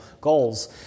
goals